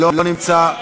לא נמצא,